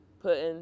putting